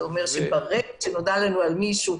זה אומר שברגע שנודע לנו על מישהו,